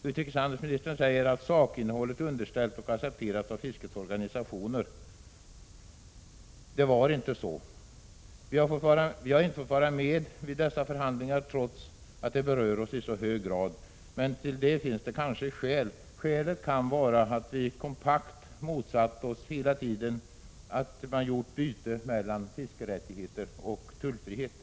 Utrikeshandelsministern säger att sakinnehållet har underställts fiskets organisationer och accepterats av dessa. Det var inte så. Vi har inte fått vara med vid dessa förhandlingar, trots att de berör oss i så hög grad. Men till det finns kanske skäl. Skälet kan vara det kompakta motstånd vi hela tiden gjort mot att byta fiskerättigheter mot tullfrihet.